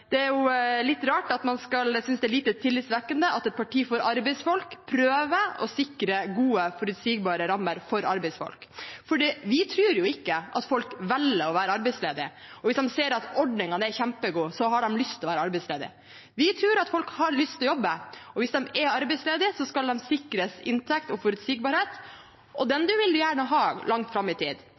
det er litt rart at man skal synes det lite tillitvekkende at et parti for arbeidsfolk prøver å sikre gode, forutsigbare rammer for arbeidsfolk. Vi tror ikke at folk velger å være arbeidsledig, at hvis de ser at ordningene er kjempegode, så har de lyst til å være arbeidsledig. Vi tror at folk har lyst til å jobbe, og hvis de er arbeidsledige, skal de sikres inntekt og forutsigbarhet, og det vil de gjerne ha langt fram i tid.